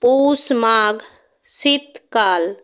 পৌষ মাঘ শীতকাল